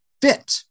fit